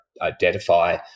identify